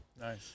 Nice